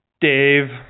Dave